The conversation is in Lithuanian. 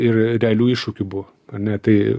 ir realių iššūkių buvo ane tai